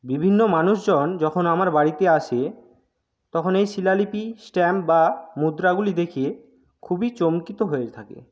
বিভিন্ন মানুষজন যখন আমার বাড়িতে আসে তখন এই শিলালিপি স্ট্যাম্প বা মুদ্রাগুলি দেখে খুবই চমকিত হয়ে থাকে